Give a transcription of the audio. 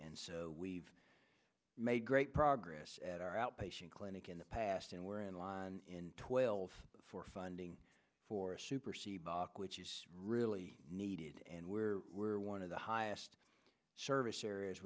and so we've made great progress at our outpatient clinic in the past and we're in line in twelve for funding for a super seebach which is really needed and where we are one of the highest service areas